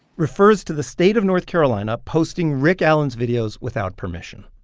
refers to the state of north carolina posting rick allen's videos without permission.